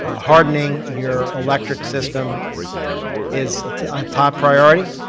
ah hardening your electric system is a top priority.